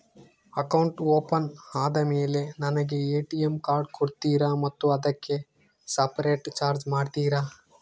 Account open ಆದಮೇಲೆ ನನಗೆ ATM card ಕೊಡ್ತೇರಾ ಮತ್ತು ಅದಕ್ಕೆ ಸಪರೇಟ್ ಚಾರ್ಜ್ ಮಾಡ್ತೇರಾ?